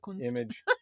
image